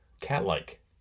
Cat-like